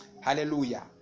hallelujah